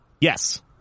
Yes